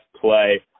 play